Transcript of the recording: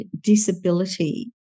disability